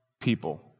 people